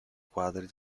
quadri